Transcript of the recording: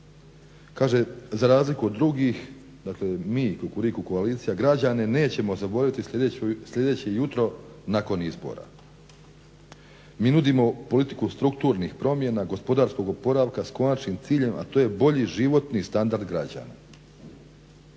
kaže za razliku od drugih dakle mi Kukuriku koalicija građane nećemo zaboraviti sljedeće jutro nakon izbora. Mi nudimo politiku strukturnih promjena, gospodarskog oporavka, s konačnim ciljem, a to je bolji životni standard građana.